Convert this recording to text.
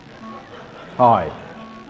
Hi